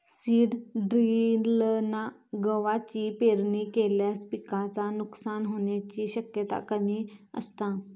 seed ड्रिलना गवाची पेरणी केल्यास पिकाचा नुकसान होण्याची शक्यता कमी असता